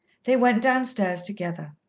they went downstairs together.